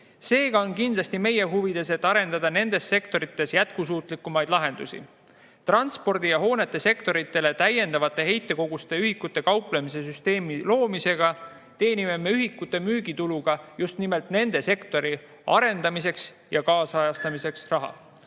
Seega on kindlasti meie huvides, et arendada nendes sektorites jätkusuutlikumaid lahendusi. Transpordi‑ ja hoonete sektoritele täiendava heitkoguse ühikutega kauplemise süsteemi loomisega teenime me ühikute müügi tuluga just nimelt nende sektorite arendamiseks ja kaasajastamiseks raha.